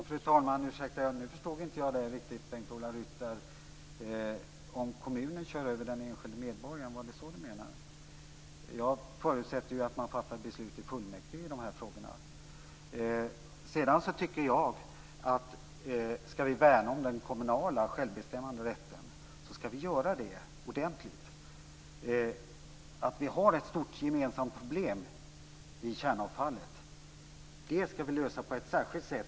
Fru talman! Ursäkta, nu förstod jag inte Bengt Ola Ryttar riktigt. Menade han om kommunen kör över den enskilde medborgaren? Jag förutsätter att man fattar beslut i fullmäktige i de här frågorna. Sedan tycker jag att om vi skall värna om den kommunala självbestämmanderätten skall vi göra det ordentligt. Vi har ett stort gemensamt problem i kärnavfallet, och det skall vi lösa på ett särskilt sätt.